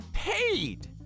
paid